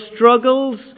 struggles